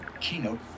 Keynote